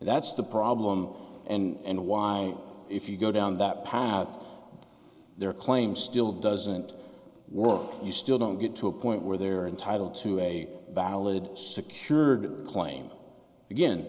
that's the problem and why if you go down that path their claim still doesn't work you still don't get to a point where they're entitled to a valid secured claim again